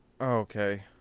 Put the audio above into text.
Okay